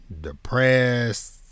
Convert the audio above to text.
depressed